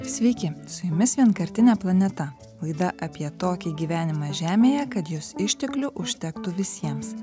sveiki su jumis vienkartinė planeta laida apie tokį gyvenimą žemėje kad jos išteklių užtektų visiems